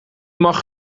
mag